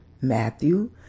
Matthew